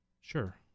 Sure